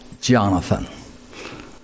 Jonathan